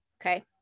Okay